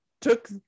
took